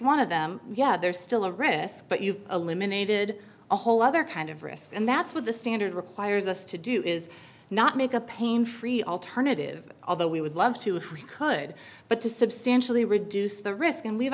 one of them yeah there is still a risk but you've eliminated a whole other kind of risk and that's what the standard requires us to do is not make a pain free alternative although we would love to could but to substantially reduce the risk and we've